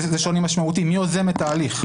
יש שוני משמעותי מי יוזם את ההליך,